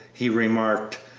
he remarked,